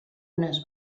unes